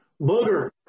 Booger